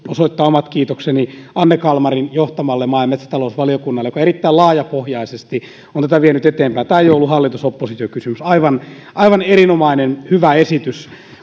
osoittaa omat kiitokseni anne kalmarin johtamalle maa ja metsätalousvaliokunnalle joka erittäin laajapohjaisesti on tätä vienyt eteenpäin tämä ei ole ollut hallitus oppositio kysymys aivan aivan erinomainen hyvä esitys